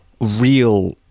real